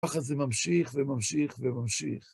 וככה זה ממשיך וממשיך וממשיך.